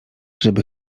żeby